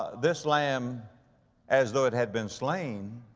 this lamb as though it had been slain